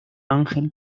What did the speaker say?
ángel